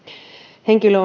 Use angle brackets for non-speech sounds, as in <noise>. henkilö <unintelligible>